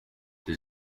the